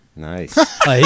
Nice